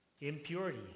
impurity